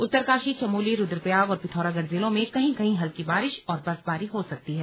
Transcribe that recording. उत्तरकाशी चमोली रुद्रप्रयाग और पिथौरागढ़ जिलों में कहीं कहीं हल्की बारिश और बर्फबारी हो सकती है